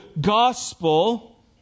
gospel